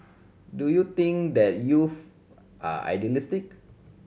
do you think that youth are idealistic